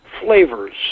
flavors